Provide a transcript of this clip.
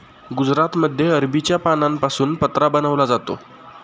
गुजरातमध्ये अरबीच्या पानांपासून पत्रा बनवला जातो